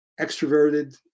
extroverted